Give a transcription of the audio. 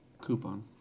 Coupon